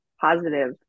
positive